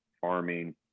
farming